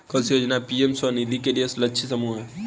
कौन सी योजना पी.एम स्वानिधि के लिए लक्षित समूह है?